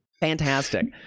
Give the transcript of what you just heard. fantastic